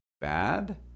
bad